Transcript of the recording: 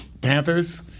Panthers